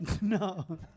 No